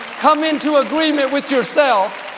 come into agreement with yourself,